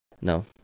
No